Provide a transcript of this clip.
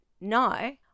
no